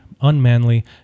unmanly